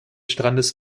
strandes